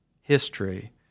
history